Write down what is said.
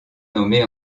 nommé